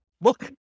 look